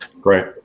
Great